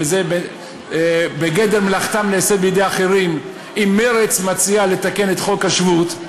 וזה בגדר "מלאכתם נעשית בידי אחרים" אם מרצ מציעה לתקן את חוק השבות,